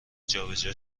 جابجا